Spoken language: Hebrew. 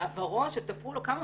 עברו כאשר תפרו לו, כמה?